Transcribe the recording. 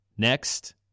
Next